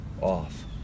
off